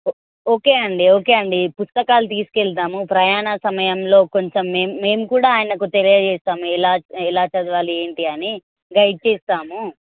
okay అండి okay అండి పుస్తకాలు తీసుకెళ్తాము ప్రయాణ సమయంలో కొంచెం మేము మేము కూడా ఆయనకు తెలియజేస్తాము ఎలా ఎలా చదవాలి ఏంటి అని గైడ్ చేస్తాము